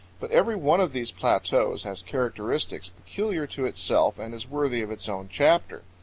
but every one of these plateaus has characteristics peculiar to itself and is worthy of its own chapter.